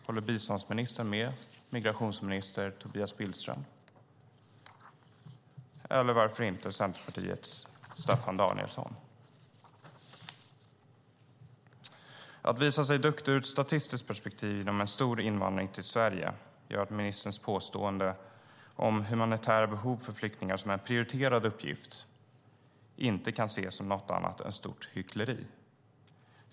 Håller biståndsministern med migrationsminister Tobias Billström eller varför inte Centerpartiets Staffan Danielsson? Att från ett statistiskt perspektiv visa sig duktig genom att ha en stor invandring till Sverige gör att ministerns påstående om humanitära behov för flyktingar som en prioriterad uppgift inte kan ses som någonting annat än ett stort hyckleri.